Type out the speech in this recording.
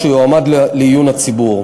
שיועמד לעיון הציבור.